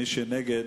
מי שנגד,